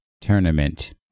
tournament